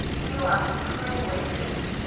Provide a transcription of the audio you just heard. you are supremely fit,